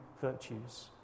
virtues